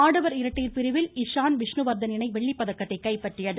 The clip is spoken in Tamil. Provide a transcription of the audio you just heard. ஆடவர் இரட்டையர் பிரிவில் இஷான் விஷ்ணுவர்தன் இணை வெள்ளிப்பதக்கத்தைக் கைப்பற்றியது